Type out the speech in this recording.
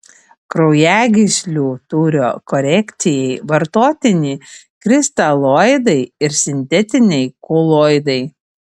kraujagyslių tūrio korekcijai vartotini kristaloidai ir sintetiniai koloidai